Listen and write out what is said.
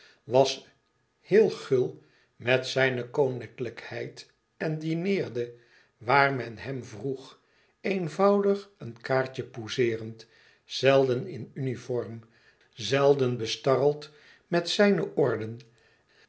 was heel gul met zijne koninklijkheid en dineerde waar men hem vroeg eenvoudig een kaartje pousseerend zelden in uniform zelden bestarreld met zijn orden